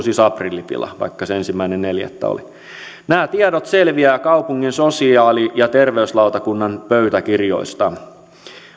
siis aprillipila vaikka se oli ensimmäinen neljättä nämä tiedot selviävät kaupungin sosiaali ja terveyslautakunnan pöytäkirjoista